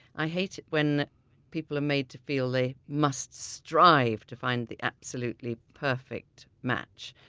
i hate it when people are made to feel they must strive to find the absolutely perfect match.